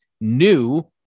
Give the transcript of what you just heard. new